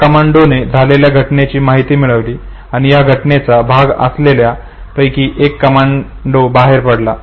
ह्या कमांडोने झालेल्या घटनेची माहिती मिळवली आणि ह्या घटनेचा भाग असलेल्या पैकी एक कमांडो बाहेर पडला